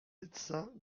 médecin